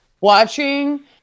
Watching